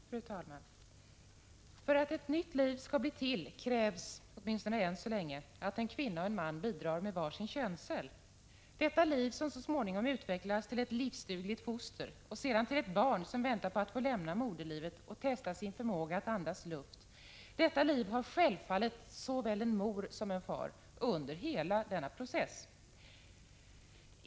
Fru talman! För att ett nytt liv skall bli till krävs — åtminstone än så länge — att en kvinna och en man bidrar med var sin könscell. Detta liv, som så småningom utvecklas till ett livsdugligt foster och sedan till ett barn som väntar på att få lämna moderlivet och testa sin förmåga att andas luft, har självfallet såväl en mor såväl som en far under hela denna process.